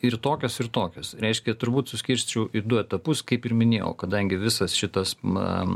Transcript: ir tokios ir tokios reiškia turbūt suskirstyčiau į du etapus kaip ir minėjau kadangi visas šitas na